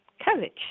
courage